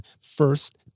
first